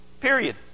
period